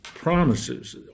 promises